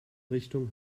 richtung